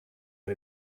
but